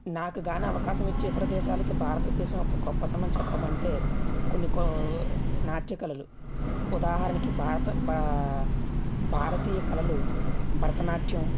నాకు కానీ అవకాశం ఇచ్చి ఇతర దేశాలకు భారతదేశం యొక్క గొప్పతనం చెప్పమంటే కొన్ని కో నాట్య కళలు ఉదాహరణకి భారత భారతీయ కళలు భరతనాట్యం